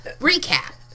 Recap